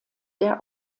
der